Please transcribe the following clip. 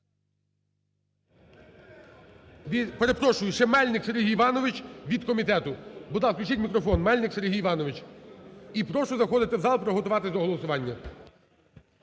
Перепрошую, ще Мельник Сергій Іванович від комітету. Будь ласка, включіть мікрофон Мельник Сергій Іванович. І прошу заходити в зал, приготуватися до голосування.